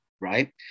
right